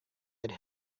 had